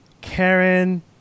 Karen